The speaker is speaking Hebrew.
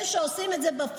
אלה שעושים את זה בפועל.